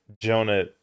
Jonah